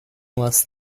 less